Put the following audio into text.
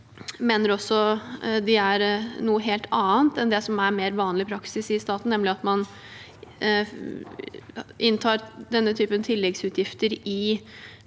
mener også at de er noe helt annet enn det som er en mer vanlig praksis i staten, nemlig at man tar inn denne typen tilleggsutgifter